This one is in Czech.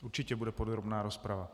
Určitě bude podrobná rozprava.